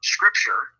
Scripture